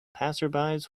passersby